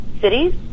cities